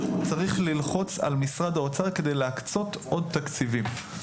צריך ללחוץ על משרד האוצר כדי להקצות עוד תקציבים,